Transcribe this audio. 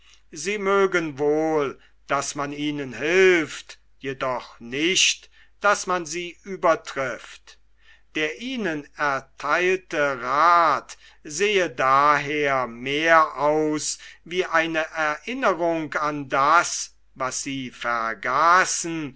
sie mögen wohl daß man ihnen hilft jedoch nicht daß man sie übertrifft der ihnen ertheilte rath sehe daher mehr aus wie eine erinnerung an das was sie vergaßen